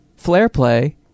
FlarePlay